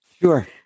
Sure